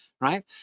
Right